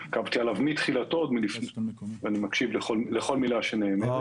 עקבתי אחריו מתחילתו ואני מקשיב לכל מילה שנאמרת.